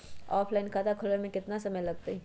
Offline खाता खुलबाबे में केतना समय लगतई?